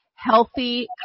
Healthy